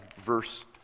Verse